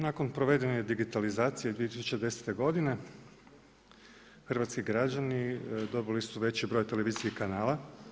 Nakon provedene digitalizacije 2010. godine hrvatski građani dobili su veći broj televizijskih kanala.